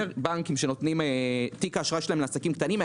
בנקים שתיק האשראי שלהם לעסקים קטנים,